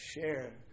share